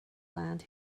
land